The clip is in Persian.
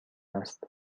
است